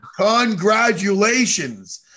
Congratulations